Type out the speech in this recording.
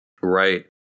Right